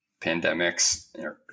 pandemics